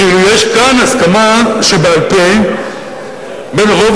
כאילו יש כאן הסכמה שבעל-פה בין רוב